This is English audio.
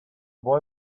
boy